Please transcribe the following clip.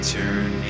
turn